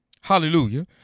Hallelujah